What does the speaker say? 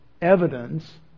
evidence